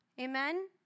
Amen